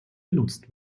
genutzt